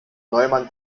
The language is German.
neumann